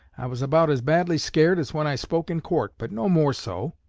i was about as badly scared as when i spoke in court, but no more so.